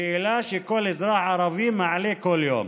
שאלה שכל אזרח ערבי מעלה כל יום.